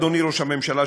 אדוני ראש הממשלה,